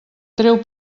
treu